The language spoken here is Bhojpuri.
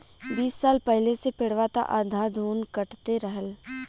बीस साल पहिले से पेड़वा त अंधाधुन कटते रहल